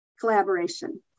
collaboration